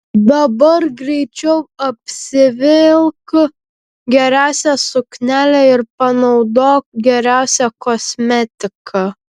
dabar greičiau apsivilk geriausią suknelę ir panaudok geriausią kosmetiką